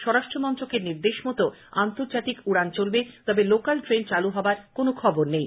স্বরাষ্ট্রমন্ত্রকের নির্দেশ মতো আন্তর্জাতিক উড়ান চলবে তবে লোকাল ট্রেন চালু হওয়ার কোনো খবর নেই